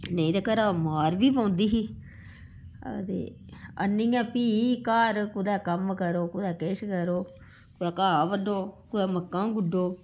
नेईं ते घरा मार बी पौंदी ही अदे आह्नियै फ्ही घर कुदै कम्म करो कुदै किश करो कुदै घाह् बड्डो कुदै मक्कां गुड्डो